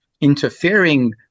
interfering